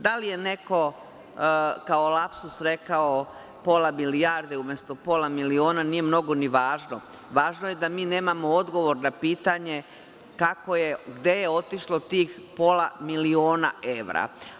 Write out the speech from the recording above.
Da li je neko kao lapsus rekao pola milijarde umesto pola miliona nije mnogo ni važno, važno je da mi nemamo odgovor na pitanje – gde je otišlo tih pola miliona evra?